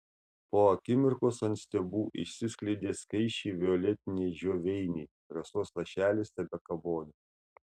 po akimirkos ant stiebų išsiskleidė skaisčiai violetiniai žioveiniai rasos lašelis tebekabojo